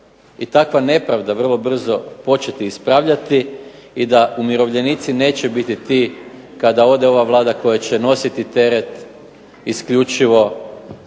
i takva nepravda vrlo brzo početi ispravljati i da umirovljenici neće biti ti kada ode ova Vlada koja će nositi teret isključivo